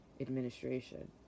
administration